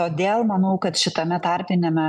todėl manau kad šitame tarpiniame